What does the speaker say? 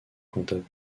comptable